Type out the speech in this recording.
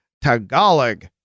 Tagalog